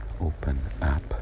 open-app